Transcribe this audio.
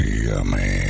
Yummy